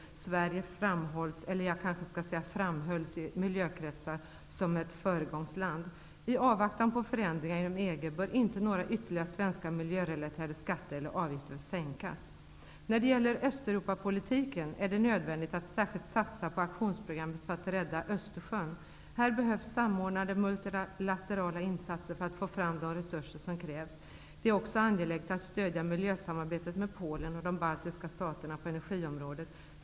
Sverige framhålls, eller jag kanske skall säga framhölls, i miljökretsar som ett föregångsland. I avvaktan på förändringar inom EG bör inte några ytterligare svenska miljörelaterade skatter eller avgifter sänkas. När det gäller Östeuropapolitiken är det nödvändigt att särskilt satsa på aktionsprogrammet för att rädda Östersjön. Här behövs samordnade multilaterala insatser för att få fram de resurser som krävs. Det är också angeläget att stödja miljösamarbetet med Polen och de baltiska staterna på energiområdet.